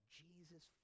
jesus